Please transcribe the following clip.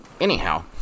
Anyhow